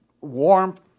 warmth